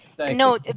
No